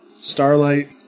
Starlight